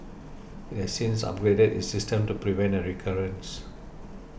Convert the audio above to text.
it has since upgraded its system to prevent a recurrence